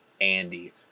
Andy